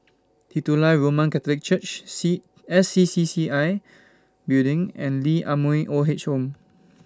Titular Roman Catholic Church C S C C C I Building and Lee Ah Mooi Old Age Home